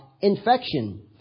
infection